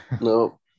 no